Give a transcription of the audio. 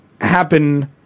happen